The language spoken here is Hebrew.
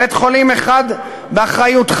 בית-חולים אחד באחריותך,